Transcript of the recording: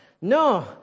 no